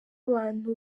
abantu